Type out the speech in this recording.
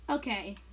okay